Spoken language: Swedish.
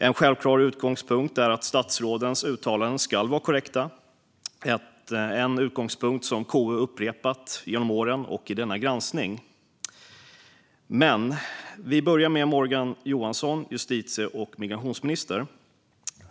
En självklar utgångspunkt är att statsrådens uttalanden ska vara korrekta, en utgångspunkt som KU upprepat genom åren och upprepar också i denna granskning. Vi börjar med justitie och migrationsminister Morgan Johansson.